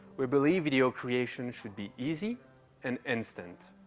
we believe video creation should be easy and instant.